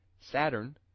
Saturn